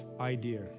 idea